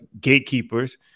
gatekeepers